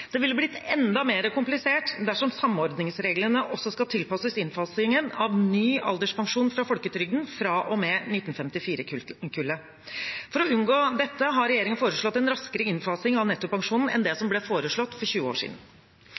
Det ville blitt enda mer komplisert dersom samordningsreglene også skal tilpasses innfasingen av ny alderspensjon fra folketrygden fra og med 1954-kullet. For å unngå dette har regjeringen foreslått en raskere innfasing av nettopensjonen enn det som ble foreslått for 20 år siden.